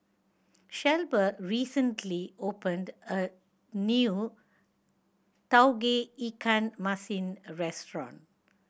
Shelba recently opened a new Tauge Ikan Masin restaurant